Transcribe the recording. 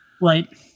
Right